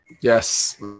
Yes